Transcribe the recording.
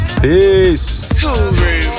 Peace